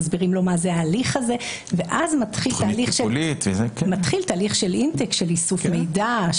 מסבירים לו מה זה ההליך הזה ואז מתחיל תהליך של איסוף מידע,